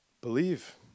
believe